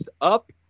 up